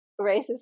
racist